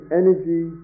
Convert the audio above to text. energy